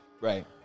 Right